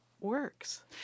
works